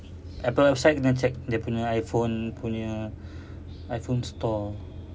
takpe ah ustaz kena check dia punya iphone punya iphone store